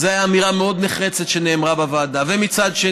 וזו הייתה אמירה מאוד נחרצת שנאמרה בוועדה.